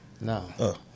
No